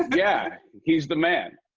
yeah. he's the man.